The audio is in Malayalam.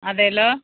അതേല്ലോ